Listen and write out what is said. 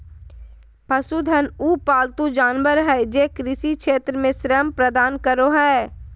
पशुधन उ पालतू जानवर हइ जे कृषि क्षेत्र में श्रम प्रदान करो हइ